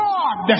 God